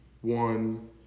one